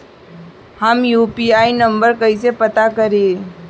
हम UPI number कइसे पता करी?